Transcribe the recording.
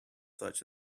such